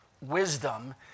wisdom